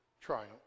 triumph